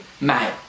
Mate